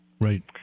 Right